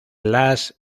las